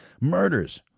murders